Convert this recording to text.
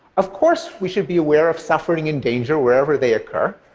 of course we should be aware of suffering and danger wherever they occur,